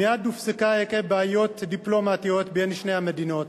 ומייד הופסקה עקב בעיות דיפלומטיות בין שתי המדינות.